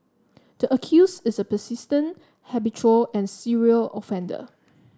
the accused is a persistent habitual and serial offender